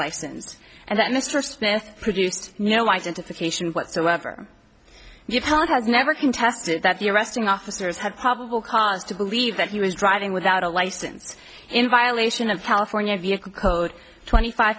license and that mr smith produced no identification whatsoever you've held has never contested that the arresting officers have probable cause to believe that he was driving without a license in violation of california vehicle code twenty five